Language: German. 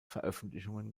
veröffentlichungen